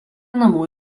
namų